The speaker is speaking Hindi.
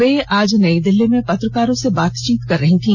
वे आज नई दिल्ली में पत्रकारों से बातचीत कर रही थी